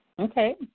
Okay